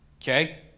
Okay